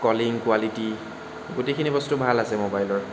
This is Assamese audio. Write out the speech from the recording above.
কলিং কোৱালিটী গোটেইখিনি বস্তু ভাল আছে ম'বাইলৰ